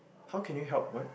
how can you help what